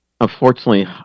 unfortunately